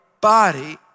body